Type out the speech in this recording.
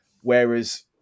Whereas